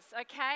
okay